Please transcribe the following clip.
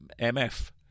MF